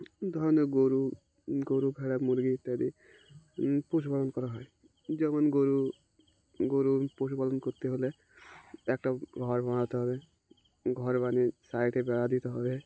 ধরনের গরু গরু ভেড়া মুরগি ইত্যাদি পশুপালন করা হয় যেমন গরু গরু পশুপালন করতে হলে একটা ঘর বানাতে হবে ঘর বানিয়ে সাইডে বেড়া দিতে হবে